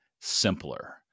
simpler